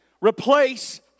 replace